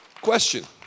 Question